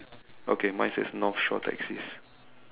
okay mine says north shore taxis